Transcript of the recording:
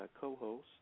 co-host